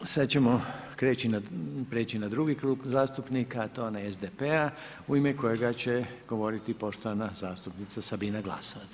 Sada ćemo priječi na drugi Klub zastupnika a to je onaj SDP-a u ime kojega će govoriti poštovana zastupnica Sabina Glasovac.